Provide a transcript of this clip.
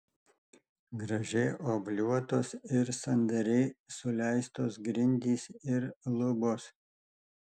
gražiai obliuotos ir sandariai suleistos grindys ir lubos